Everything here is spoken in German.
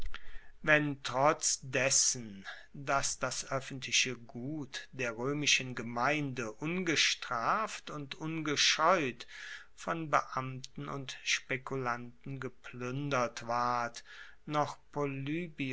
wenn trotz dessen dass das oeffentliche gut der roemischen gemeinde ungestraft und ungescheut von beamten und spekulanten gepluendert ward noch polybios